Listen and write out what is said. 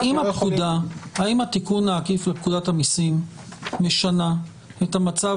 האם התיקון העקיף לפקודת המסים משנה את המצב